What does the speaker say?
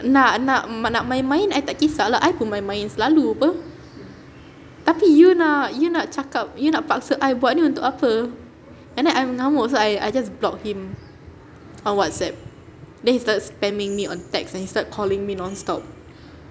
nak nak nak main-main I tak kisah lah I pun main-main selalu [pe] tapi you nak you nak cakap you nak paksa I buat ni untuk apa and then I mengamuk so I I just block him on whatsapp then he started spamming me on text then started calling me non-stop